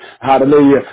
hallelujah